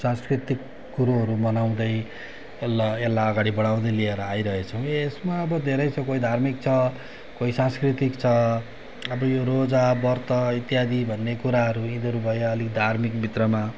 सांस्कृतिक कुरोहरू मनाउँदै यसलाई यसलाई अगाडि बढाउँदै लिएर आइरहेको छौँ ए यसमा अब धेरै छ कोही धार्मिक छ कोही सांस्कृतिक छ अब यो रोजा व्रत इत्यादि भन्ने कुराहरू यिनीहरू भयो अलिक धार्मिकभित्रमा